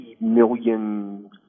million